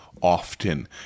often